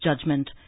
judgment